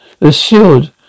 Assured